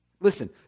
Listen